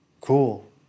cool